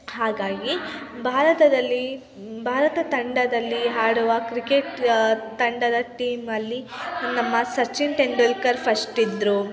ಹಾಗಾಗಿ ಭಾರತದಲ್ಲಿ ಭಾರತ ತಂಡದಲ್ಲಿ ಆಡುವ ಕ್ರಿಕೆಟ್ ತಂಡದ ಟೀಮ್ ಅಲ್ಲಿ ನಮ್ಮ ಸಚಿನ್ ತೆಂಡೂಲ್ಕರ್ ಫಸ್ಟ್ ಇದ್ದರು